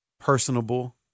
personable